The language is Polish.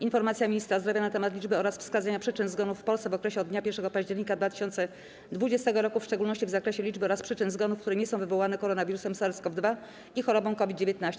Informacja Ministra Zdrowia na temat liczby oraz wskazania przyczyn zgonów w Polsce w okresie od dnia 1 października 2020 r., w szczególności w zakresie liczby oraz przyczyn zgonów, które nie są wywołane koronawirusem SARS-CoV-2 i chorobą COVID-19.